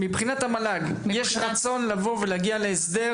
האם מבחינת המל"ג יש רצון להגיע להסדר